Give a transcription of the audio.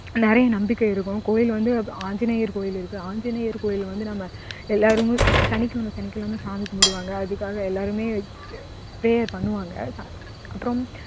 நிறைய நம்பிக்கை இருக்கும் கோவில் வந்து ஆஞ்சிநேயர் கோவில் இருக்கு ஆஞ்சிநேயர் கோவில் வந்து நம்ம எல்லாரும் சனிக்கிழமை சனிக்கிழமை சாமி கும்பிடுவாங்க அதுக்காக எல்லாரும் பிரேயர் பண்ணுவாங்க அப்புறம்